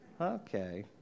Okay